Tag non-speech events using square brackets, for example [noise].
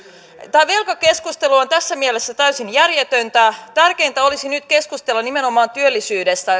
tämä velkakeskustelu on tässä mielessä täysin järjetöntä tärkeintä olisi nyt keskustella nimenomaan työllisyydestä [unintelligible]